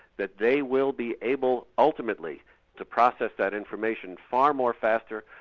that they will be able ultimately to process that information far more faster,